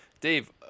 Dave